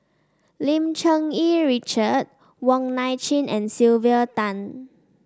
Lim Cherng Yih Richard Wong Nai Chin and Sylvia Tan